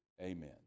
amen